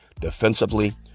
defensively